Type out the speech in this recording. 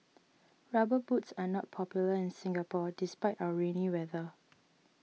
rubber boots are not popular in Singapore despite our rainy weather